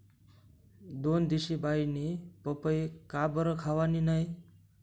दोनदिशी बाईनी पपई काबरं खावानी नै